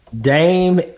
Dame